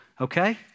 Okay